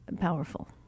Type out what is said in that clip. powerful